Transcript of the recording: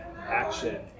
action